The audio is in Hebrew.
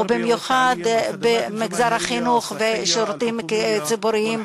ובמיוחד במגזר החינוך והשירותים הציבוריים